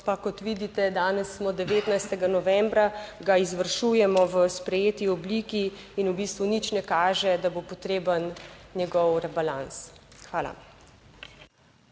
kot vidite, danes smo 19. novembra, ga izvršujemo v sprejeti obliki. In v bistvu nič ne kaže, da bo potreben njegov rebalans. Hvala.